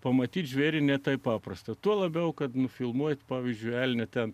pamatyti žvėrį ne taip paprasta tuo labiau kad nufilmuoti pavyzdžiui elnių ten